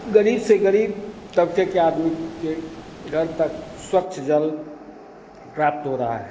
गरीब से गरीब तबके के आदमी के घर तक स्वच्छ जल प्राप्त हो रहा है